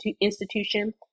institution